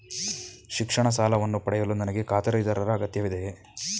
ಶಿಕ್ಷಣ ಸಾಲವನ್ನು ಪಡೆಯಲು ನನಗೆ ಖಾತರಿದಾರರ ಅಗತ್ಯವಿದೆಯೇ?